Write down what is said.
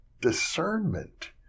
discernment